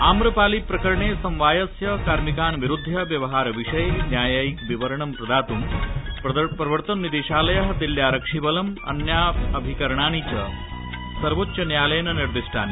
आप्रपाली प्रकरणे समावायस्य कार्मिकान् विरुध्य व्यवहार विषये न्यायायिक विवरणं प्रदातृ प्रवर्तननिदेशालय दिल्यारक्षिबलम् अन्यानि च अभिकरणानि सर्वोच्चन्यायालयेन निर्दिष्टानि